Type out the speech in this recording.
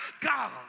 God